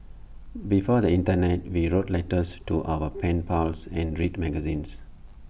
before the Internet we wrote letters to our pen pals and read magazines